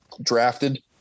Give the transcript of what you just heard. drafted